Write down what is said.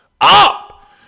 up